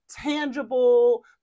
tangible